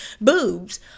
boobs